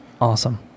awesome